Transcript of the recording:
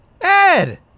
Ed